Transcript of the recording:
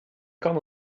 kan